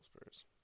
Spurs